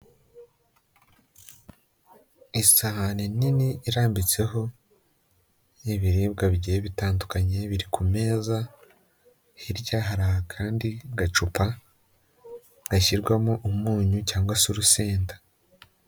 Isahani nini irambitseho, ibiribwa bigiye bitandukanye biri ku meza, hirya hari akandi gacupa, gashyirwamo umunyu cyangwa se urusenda.